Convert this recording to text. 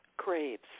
Craves